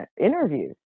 interviews